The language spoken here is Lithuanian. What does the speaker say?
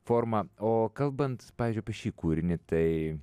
forma o kalbant pavyzdžiui apie šį kūrinį tai